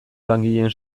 langileen